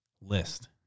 List